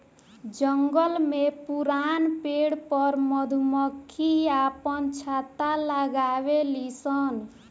जंगल में पुरान पेड़ पर मधुमक्खी आपन छत्ता लगावे लिसन